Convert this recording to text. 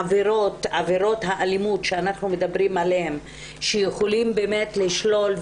עבירות האלימות שאנחנו מדברים עליהן שבעקבותיהן יכולים לשלול,